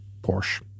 Porsche